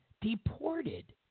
deported